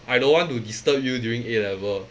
I don't want to disturb you during A level